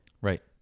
Right